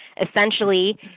essentially